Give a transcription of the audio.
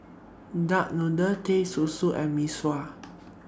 Duck Noodle Teh Susu and Mee Sua